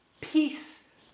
Peace